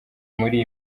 muri